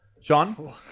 Sean